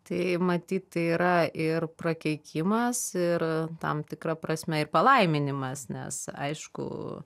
tai matyt tai yra ir prakeikimas ir tam tikra prasme ir palaiminimas nes aišku